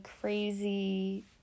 crazy